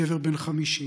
גבר בן 50,